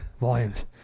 Volumes